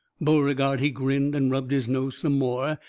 beauregard, he grinned and rubbed his nose some more,